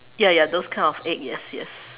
ya ya those kind of egg yes yes